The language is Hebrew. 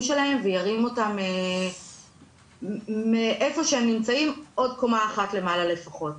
שלהם וירים אותם מאיפה שהם נמצאים עוד קומה אחת למעלה לפחות.